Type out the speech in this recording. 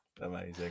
amazing